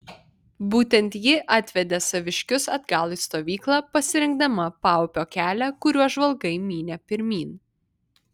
būtent ji atvedė saviškius atgal į stovyklą pasirinkdama paupio kelią kuriuo žvalgai mynė pirmyn